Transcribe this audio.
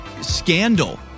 scandal